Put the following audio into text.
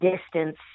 distance